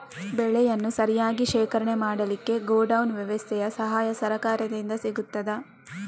ಬೆಳೆಯನ್ನು ಸರಿಯಾಗಿ ಶೇಖರಣೆ ಮಾಡಲಿಕ್ಕೆ ಗೋಡೌನ್ ವ್ಯವಸ್ಥೆಯ ಸಹಾಯ ಸರಕಾರದಿಂದ ಸಿಗುತ್ತದಾ?